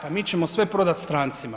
Pa mi ćemo sve prodati strancima.